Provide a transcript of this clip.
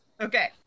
Okay